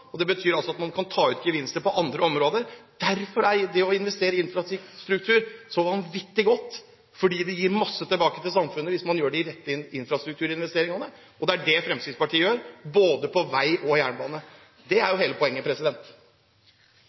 Det betyr at man kan ta ut gevinster på andre områder. Derfor er det å investere i infrastruktur så vanvittig godt – det gir masse tilbake til samfunnet hvis man gjør de rette infrastrukturinvesteringene. Det er det Fremskrittspartiet gjør, på både vei og jernbane. Det er hele poenget.